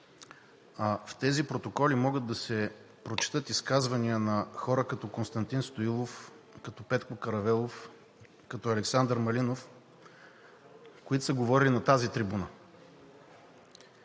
В тези протоколи могат да се прочетат изказвания на хора като Константин Стоилов, като Петко Каравелов, като Александър Малинов, които са говорили на тази трибуна,